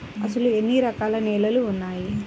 అసలు ఎన్ని రకాల నేలలు వున్నాయి?